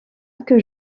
que